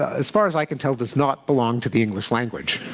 ah as far as i can tell, does not belong to the english language.